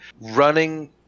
running